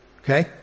Okay